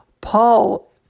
Paul